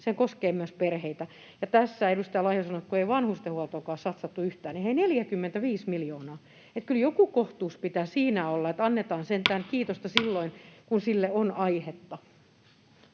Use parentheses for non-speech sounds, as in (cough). se koskee myös perheitä. Ja edustaja Laiho sanoi, että kun ei vanhustenhuoltoonkaan ole satsattu yhtään, niin hei, 45 miljoonaa. Kyllä joku kohtuus pitää siinä olla, (noise) että annetaan sentään kiitosta silloin, kun sille on aihetta.